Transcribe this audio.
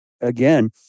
again